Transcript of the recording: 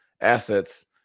assets